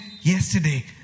yesterday